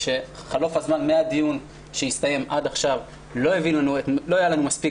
בחלוף הזמן מהדיון שהסתיים עד עכשיו לא היה לנו מספיק